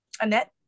Annette